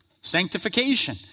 sanctification